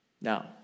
Now